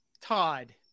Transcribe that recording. Todd